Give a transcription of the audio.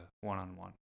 one-on-one